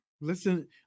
Listen